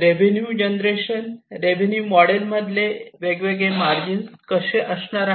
revenue generation revenue model मधले वेगवेगळे margin कसे असणार आहेत